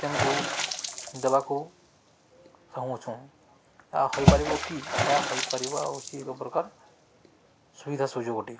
tempo ଦେବାକୁ ଚାହୁଁ ଅଛୁନ୍ଁ ଏହା ହୋଇପାରିବ କି ଏହା ହୋଇପାରିବଉଛି ଏକ ପ୍ରକାର ସୁବିଧା ସୁଯୋଗ ଅଟେ